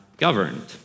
Governed